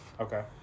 Okay